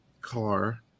car